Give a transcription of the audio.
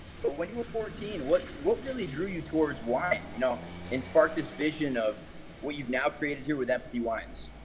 so, when you were fourteen, what what really drew you towards wine? you know and sparked this vision of what you've now created here with empathy wines?